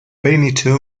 benito